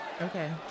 Okay